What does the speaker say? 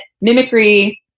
mimicry